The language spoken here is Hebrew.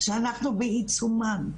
שאנחנו בעיצומן,